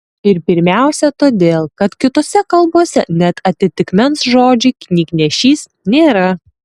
ir pirmiausia todėl kad kitose kalbose net atitikmens žodžiui knygnešys nėra